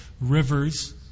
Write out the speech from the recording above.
rivers